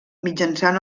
mitjançant